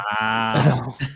Wow